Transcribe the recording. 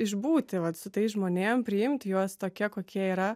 išbūti vat su tais žmonėm priimti juos tokie kokie yra